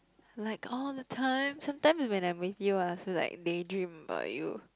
like all the time sometime when I'm with you I also daydream about you